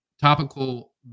topical